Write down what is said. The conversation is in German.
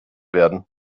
werden